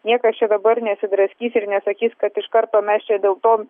niekas čia dabar nesidraskys ir nesakys kad iš karto mes čia dėl to